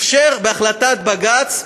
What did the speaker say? אִפשר בהחלטת בג"ץ,